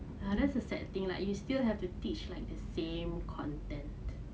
that's a sad thing lah you still have to teach like the same content